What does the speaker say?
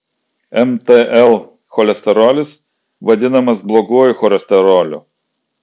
mtl cholesterolis vadinamas bloguoju cholesteroliu